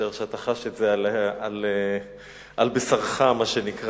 שאתה חש את זה על בשרך, מה שנקרא,